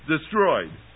Destroyed